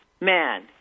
man